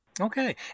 Okay